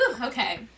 okay